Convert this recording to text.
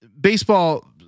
baseball